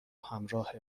همراه